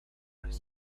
his